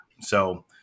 So-